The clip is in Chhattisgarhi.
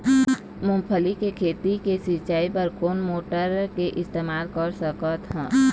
मूंगफली के खेती के सिचाई बर कोन मोटर के इस्तेमाल कर सकत ह?